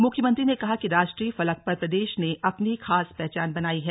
मुख्यमंत्री ने कहा कि राष्ट्रीय फलक पर प्रदेश ने अपनी खास पहचान बनाई है